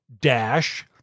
dash